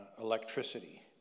electricity